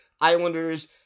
Islanders